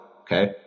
okay